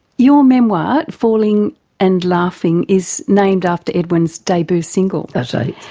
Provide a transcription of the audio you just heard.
your memoir, falling and laughing, is named after edwyn's debut single. that's right.